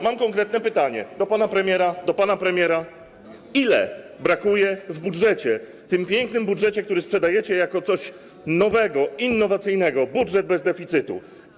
Mam konkretne pytanie do pana premiera, do pana premiera: Ile brakuje w budżecie, tym pięknym budżecie, który sprzedajecie jako coś nowego, innowacyjnego, jako budżet bez deficytu?